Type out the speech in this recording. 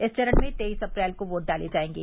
इस चरण में तेईस अप्रैल को वोट डाले जाएंगे